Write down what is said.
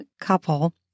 couple